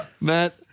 Matt